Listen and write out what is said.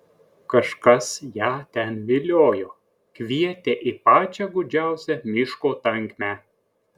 kažkas ją ten viliojo kvietė į pačią gūdžiausią miško tankmę